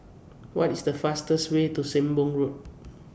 What IS The fastest Way to Sembong Road